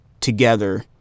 together